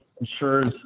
ensures